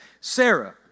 Sarah